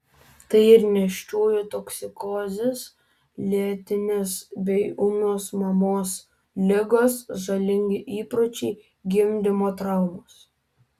tai ir nėščiųjų toksikozės lėtinės bei ūmios mamos ligos žalingi įpročiai gimdymo traumos